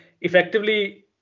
effectively